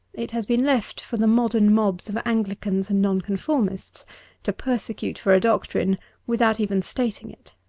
it has been left for the modern mobs of anglicans and noncon formists to persecute for a doctrine without even stating it.